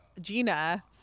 Gina